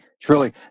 truly